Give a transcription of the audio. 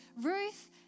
Ruth